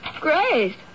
Grace